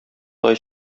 тай